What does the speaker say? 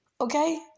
Okay